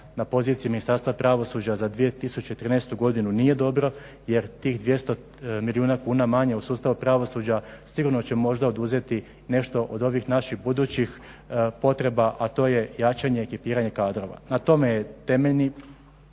na poziciji Ministarstva pravosuđa za 2013. godinu nije dobro jer tih 200 milijuna kuna manje u sustavu pravosuđa sigurno će možda oduzeti nešto od ovih naših budućih potreba, a to je jačanje i ekipiranje kadrova. Na tome je temeljni